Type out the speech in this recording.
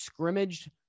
scrimmaged